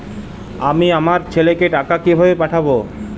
আমি আমার ছেলেকে টাকা কিভাবে পাঠাব?